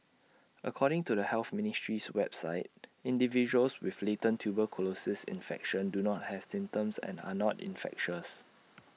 according to the health ministry's website individuals with latent tuberculosis infection do not have symptoms and are not infectious